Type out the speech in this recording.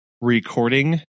recording